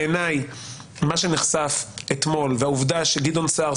בעיני מה שנחשף אתמול והעובדה שגדעון סער,